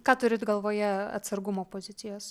ką turit galvoje atsargumo pozicijos